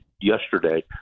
yesterday